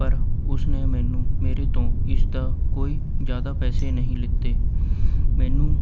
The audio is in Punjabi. ਪਰ ਉਸ ਨੇ ਮੈਨੂੰ ਮੇਰੇ ਤੋਂ ਇਸਦਾ ਕੋਈ ਜ਼ਿਆਦਾ ਪੈਸੇ ਨਹੀਂ ਲਿੱਤੇ ਮੈਨੂੰ